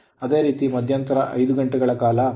ಅದೇ ರೀತಿ ಮಧ್ಯಂತರ 5 ಗಂಟೆಗಳ ಕಾಲ